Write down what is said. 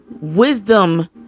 wisdom